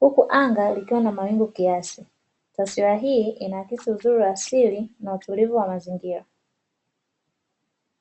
huku anga likiwa na mawingu kiasi, taswira hii inaakisi uzuri wa asili na utulivu wa mazingira.